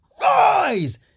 rise